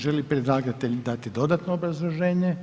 Želi predlagatelj dati dodatno obrazloženje?